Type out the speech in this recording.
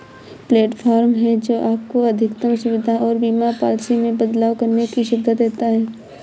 platform है, जो आपको अधिकतम सुविधा और बीमा पॉलिसी में बदलाव करने की सुविधा देता है